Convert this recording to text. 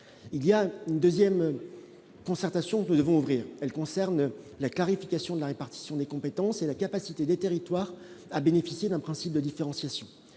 il y a une 2ème concertation nous devons ouvrir : elle concerne la clarification de la répartition des compétences et la capacité des territoires, a bénéficié d'un principe de différenciation